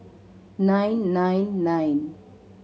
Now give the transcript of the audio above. nine nine nine